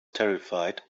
terrified